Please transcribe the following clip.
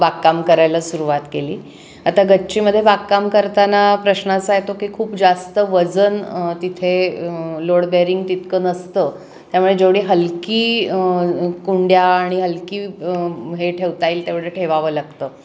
बागकाम करायला सुरुवात केली आता गच्चीमध्ये बागकाम करताना प्रश्न असा येतो की खूप जास्त वजन तिथे लोडबेरिंग तितकं नसतं त्यामुळे जेवढी हलकी कुंड्या आणि हलकी हे ठेवता येईल तेवढं ठेवावं लागतं